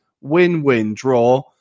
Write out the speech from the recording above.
win-win-draw